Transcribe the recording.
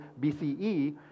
BCE